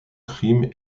crime